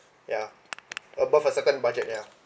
ya above a certain budget ya